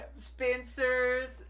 Spencer's